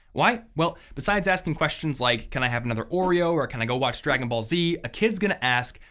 why? well besides asking questions like, can i have another oreo, or can i go watch dragonball z? a kid's gonna ask,